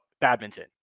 badminton